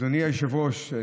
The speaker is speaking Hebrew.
אדוני היושב-ראש,